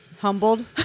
Humbled